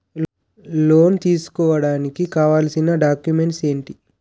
Loan తీసుకోడానికి కావాల్సిన documents ఎంటి?